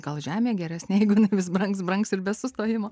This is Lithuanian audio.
gal žemė geresnė jeigu jinai vis brangs brangs ir be sustojimo